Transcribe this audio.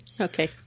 Okay